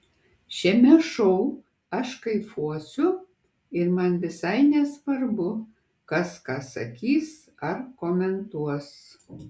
šiame šou aš kaifuosiu ir man visai nesvarbu kas ką sakys ar komentuos